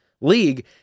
league